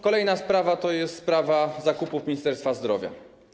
Kolejna sprawa to jest sprawa zakupów Ministerstwa Zdrowia.